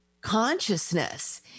consciousness